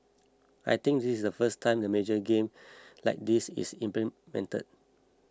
I think this is the first time in a major game like this is implemented